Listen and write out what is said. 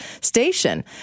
station